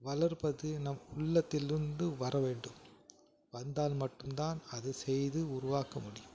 வளர்ப்பது நம் உள்ளத்திலிருந்து வர வேண்டும் வந்தால் மட்டும் தான் அது செய்து உருவாக்க முடியும்